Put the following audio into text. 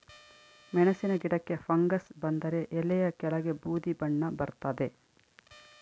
ಮೆಣಸಿನ ಗಿಡಕ್ಕೆ ಫಂಗಸ್ ಬಂದರೆ ಎಲೆಯ ಕೆಳಗೆ ಬೂದಿ ಬಣ್ಣ ಬರ್ತಾದೆ